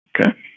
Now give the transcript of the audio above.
Okay